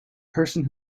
person